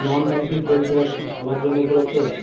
নন banking পরিষেবা কি সবার জন্য উপলব্ধ?